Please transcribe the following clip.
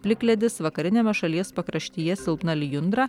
plikledis vakariniame šalies pakraštyje silpna lijundra